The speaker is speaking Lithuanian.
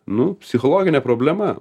nu psichologinė problema